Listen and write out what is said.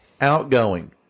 outgoing